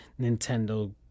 Nintendo